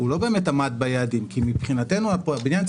הוא לא באמת עמד ביעדים כי מבחינתנו הבניין צריך